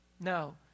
No